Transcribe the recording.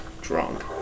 drunk